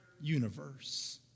universe